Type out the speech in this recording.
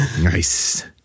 nice